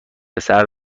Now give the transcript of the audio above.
پسر